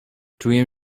czuję